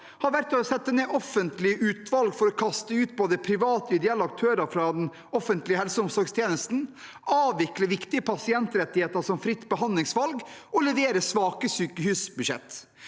har vært å sette ned offentlige utvalg for å kaste ut både private og ideelle aktører fra den offentlige helse- og omsorgstjenesten, avvikle viktige pasientrettigheter, som fritt behandlingsvalg, og levere svake sykehusbudsjett.